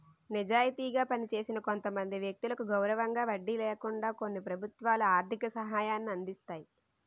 నిజాయితీగా పనిచేసిన కొంతమంది వ్యక్తులకు గౌరవంగా వడ్డీ లేకుండా కొన్ని ప్రభుత్వాలు ఆర్థిక సహాయాన్ని అందిస్తాయి